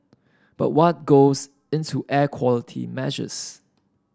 but what goes into air quality measures